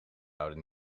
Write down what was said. houden